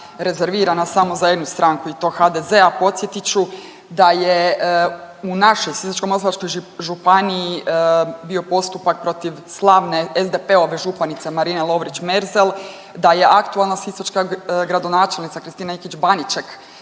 rezervirana samo za jednu stranku i to HDZ, a podsjetit ću da je u našoj Sisačko-moslavačkoj županiji bio postupak protiv slavne SDP-ove županice Marine Lovrić Merzel, da je aktualna sisačka gradonačelnica Kristina Ikić Baniček